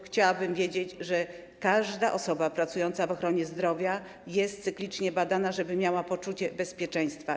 Chciałabym wiedzieć, że każda osoba pracująca w ochronie zdrowia jest cyklicznie badana, żeby miała poczucie bezpieczeństwa.